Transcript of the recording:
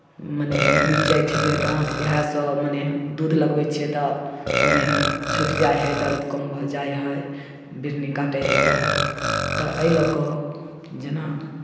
मने मिरचाइ अथिके डाँट इएहसभ मने दूध लगबै छियै तऽ मने छुटि जाइ हइ दर्द कम भऽ जाइ हइ बिढ़नी काटै हइ तऽ तऽ एहि लऽ कऽ जेना